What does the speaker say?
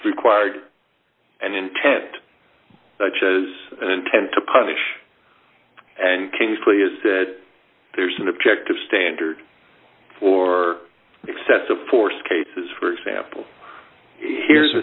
required and intent such as an intent to punish and kingsley is that there's an objective standard for excessive force cases for example here's a